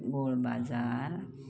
बोळ बाजार